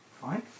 Fine